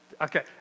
Okay